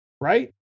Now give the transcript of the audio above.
Right